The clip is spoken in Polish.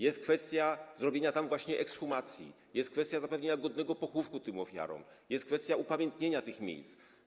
jest kwestia przeprowadzenia tam właśnie ekshumacji, jest kwestia zapewnienia godnego pochówku tym ofiarom, jest kwestia upamiętnienia tych miejsc.